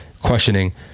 questioning